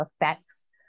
effects